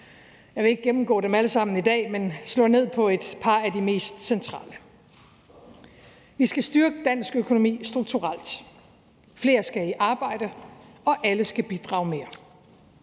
Jeg vil ikke gennemgå dem alle sammen i dag, men slå ned på et par af de mest centrale. Vi skal styrke dansk økonomi strukturelt. Flere skal i arbejde, og alle skal bidrage mere.